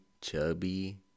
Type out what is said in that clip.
chubby